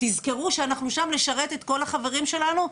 תזכרו שאנחנו שם לשרת את כל החברים שלנו,